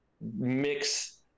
mix